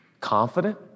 confident